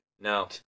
No